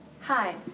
Hi